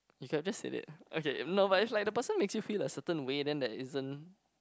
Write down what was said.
you could have just said it okay no but if like the person makes you feel a certain way then there isn't